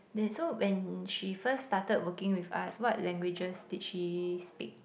so when she first started working with us what languages did she speak